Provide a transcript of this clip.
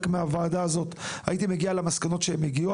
מהוועדה הזו הייתי מגיע למסקנות אליהן הם הגיעו,